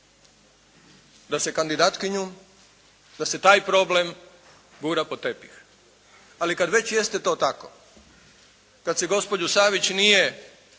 da se kandidatkinju, da se taj problem gura pod tepih. Ali kad već jeste to tako, kad se gospođu Savić nije